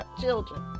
children